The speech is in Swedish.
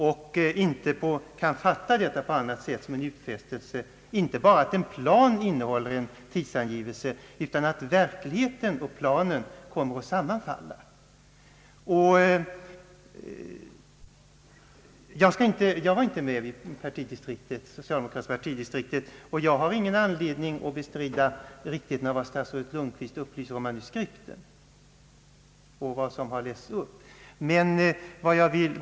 Vi kunde inte fatta det på annat sätt än som en utfästelse inte bara om en plan innehållande en tidsangivelse utan om att verkligheten och planen skulle komma att sammanfalla. Jag var givetvis inte med på den socialdemokratiska partidistriktskongressen, och jag har ingen anledning att bestrida riktigheten av vad statsrådet Lundkvist nu läst upp ur manuskriptet till statsministerns tal.